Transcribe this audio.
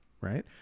right